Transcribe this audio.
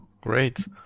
Great